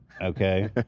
okay